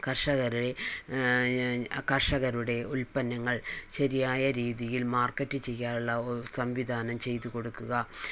കർഷകരെ കർഷകരുടെ ഉൽപ്പന്നങ്ങൾ ശരിയായ രീതിയിൽ മാർക്കറ്റ് ചെയ്യാനുള്ള സംവിധാനം ചെയ്തുകൊടുക്കുക